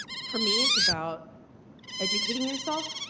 for me it's about educateing yourself.